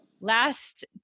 last